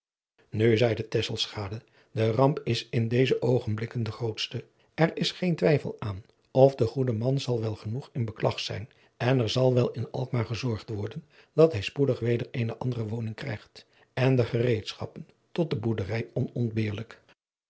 nu zeide tesselschade de ramp is in deze oogenblikken de grootste er is geen twijfel aan of de goede man zal wel genoeg in beklag zijn en er zal wel in alkmaar gezorgd worden dat hij spoedig weder eene andere woning krijgt en de gereedschappen tot de boerderij